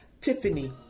Tiffany